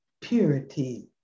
purity